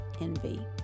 envy